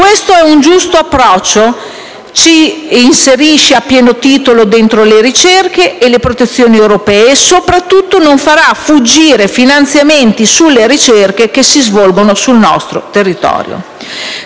Questo è un giusto approccio che ci inserisce a pieno titolo all'interno delle ricerche e delle protezioni europee, e soprattutto non farà fuggire i finanziamenti in materia di ricerche che si svolgono nel nostro territorio.